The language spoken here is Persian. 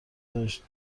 داشت